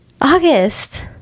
August